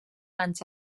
anys